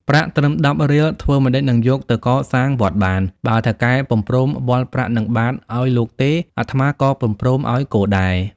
ប្រាក់ត្រឹម ១០ រៀលធ្វើម្ដេចនឹងយកទៅកសាងវត្តបាន? បើថៅកែពុំព្រមវាល់ប្រាក់នឹងបាត្រឲ្យលោកទេ អាត្មាក៏ពុំព្រមឲ្យគោដែរ។